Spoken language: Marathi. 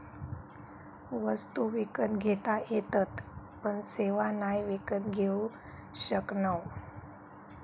वस्तु विकत घेता येतत पण सेवा नाय विकत घेऊ शकणव